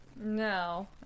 no